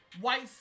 white